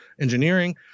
engineering